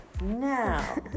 Now